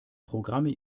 programme